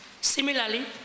Similarly